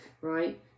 right